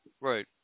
right